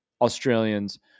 Australians